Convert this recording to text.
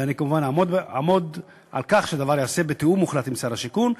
ואני כמובן אעמוד על כך שהדבר ייעשה בתיאום מוחלט עם שר השיכון.